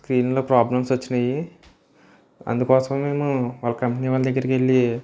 స్క్రీన్లో ప్రాబ్లమ్స్ వచ్చినాయి అందుకోసం మేము వాళ్ళ కంపెనీ వాళ్ళ దగ్గరకి వెళ్ళి